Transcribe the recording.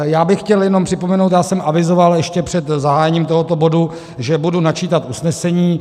Já bych chtěl jenom připomenout, já jsem avizoval ještě před zahájením tohoto bodu, že budu načítat usnesení.